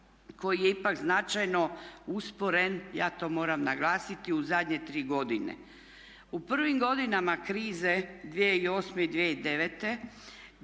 koji je ipak značajno usporen, ja to moram naglasiti, u zadnje tri godine. U prvim godinama krize 2008. i 2009.